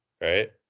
right